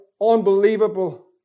unbelievable